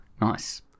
Nice